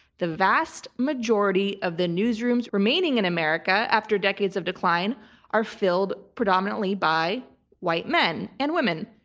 the vast majority of the newsrooms remaining in america after decades of decline are filled predominantly by white men and women.